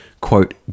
quote